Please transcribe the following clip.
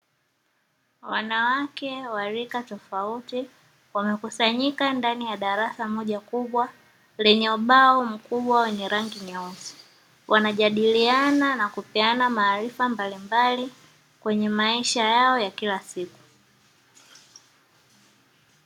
Wanawake wa rika tofauti wamekusanyika ndani ya darasa moja kubwa lenye ubao mkubwa wenye rangi nyeusi, wanajadiliana na kupeana maarifa mbalimbali kwenye maisha yao ya kila siku.